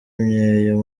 imyeyo